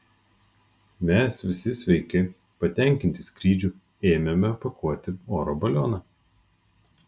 mes visi sveiki patenkinti skrydžiu ėmėme pakuoti oro balioną